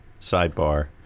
sidebar